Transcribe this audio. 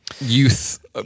youth